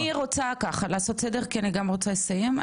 אני רוצה לעשות סדר, כי אני רוצה לסיים.